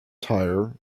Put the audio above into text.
tire